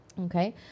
Okay